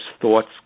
thoughts